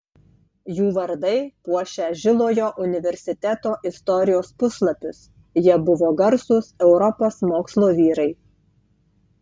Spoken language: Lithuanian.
jų vardai puošia žilojo universiteto istorijos puslapius jie buvo garsūs europos mokslo vyrai